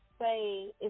say